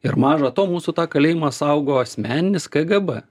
ir maža to mūsų tą kalėjimą saugo asmeninis kgb